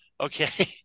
Okay